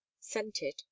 scented